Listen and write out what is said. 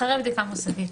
אחרי בדיקה מוסדית.